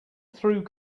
through